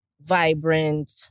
vibrant